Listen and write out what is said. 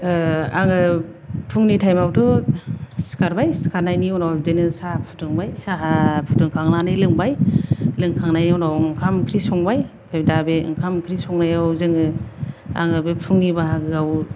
आङो फुंनि टाइम आवथ' सिखारबाय सिखारनायनि उनाव बिदिनो साहा फुदुंबाय साहा फुदुंखांनानै लोंबाय लोंखांनायनि उनाव ओंखाम ओंख्रि संबाय ओमफाय दा बे ओंखाम ओंख्रि संनायाव जोङो आङो बे फुंनि बाहागोआव